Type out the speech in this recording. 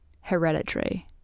Hereditary